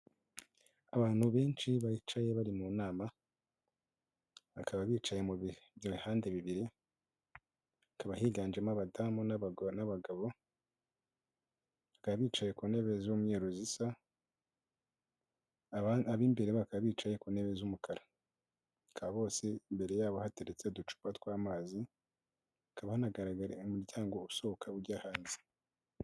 Abantu benshi bicaye bari mu nama bakaba bicaye mu bihande bibiri, hakaba higanjemo abadamu n'abagabo, bakaba bicaye ku ntebe z'umweru zisa, ab'imbere baka bicaye ku ntebe z'umukara, bakaba bose imbere yabo hateretse uducupa tw'amazi, hakaba hanagaraga umuryango usohoka ujya hanze.